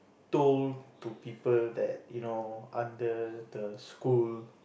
told to people that you know under the school